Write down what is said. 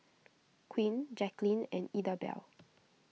Quinn Jacquelynn and Idabelle